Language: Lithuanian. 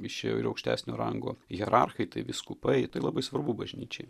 išėjo ir aukštesnio rango hierarchai vyskupai tai labai svarbu bažnyčiai